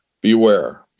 beware